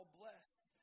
blessed